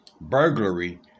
burglary